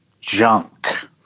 junk